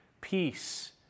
Peace